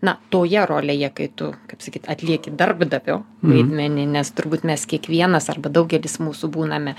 na toje rolėje kai tu kaip sakyt atlieki darbdavio vaidmenį nes turbūt mes kiekvienas arba daugelis mūsų būname